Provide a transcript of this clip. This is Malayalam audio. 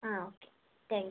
ആ ഓക്കേ താങ്ക് യു